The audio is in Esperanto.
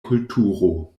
kulturo